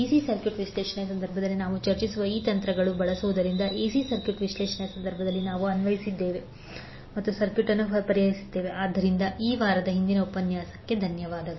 32°V DC circuit ವಿಶ್ಲೇಷಣೆಯ ಸಂದರ್ಭದಲ್ಲಿ ನಾವು ಚರ್ಚಿಸುವ ಈ ತಂತ್ರಗಳನ್ನು ಬಳಸುವುದರಿಂದ ಎಸಿ ಸರ್ಕ್ಯೂಟ್ ವಿಶ್ಲೇಷಣೆಯ ಸಂದರ್ಭದಲ್ಲಿ ನಾವು ಅನ್ವಯಿಸಿದ್ದೇವೆ ಮತ್ತು ಸರ್ಕ್ಯೂಟ್ ಅನ್ನು ಪರಿಹರಿಸಿದ್ದೇವೆ ಆದ್ದರಿಂದ ಈ ವಾರದ ಇಂದಿನ ಉಪನ್ಯಾಸಕ್ಕಾಗಿ ಧನ್ಯವಾದಗಳು